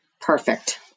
Perfect